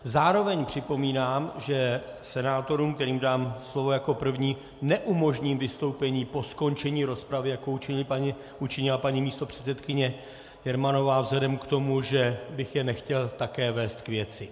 Zároveň připomínám, že senátorům, kterým dám slovo jako prvním, neumožním vystoupení po skončení rozpravy, jako učinila paní místopředsedkyně Jermanová, vzhledem k tomu, že bych je nechtěl také vést k věci.